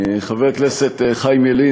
חבר הכנסת חיים ילין,